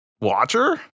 watcher